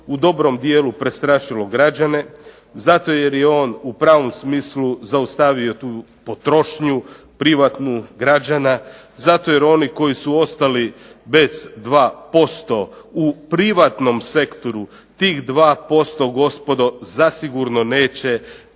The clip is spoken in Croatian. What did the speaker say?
u dobrom dijelu prestrašilo građane, zato jer je on u pravom smislu zaustavio tu potrošnju privatnu građana, zato jer oni koji su ostali bez 2% u privatnom sektoru tih 2% neće povratiti ni